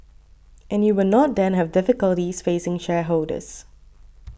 and you will not then have difficulties facing shareholders